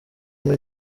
umwe